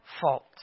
fault